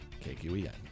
KQEN